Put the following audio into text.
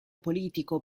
politico